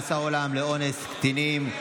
מאסר עולם לאונס קטינים),